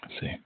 see